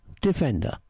defender